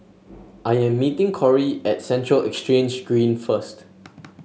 I am meeting Corie at Central Exchange Green first